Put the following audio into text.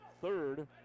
third